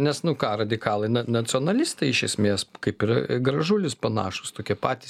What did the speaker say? nes nu ką radikalai na nacionalistai iš esmės kaip ir gražulis panašūs tokie patys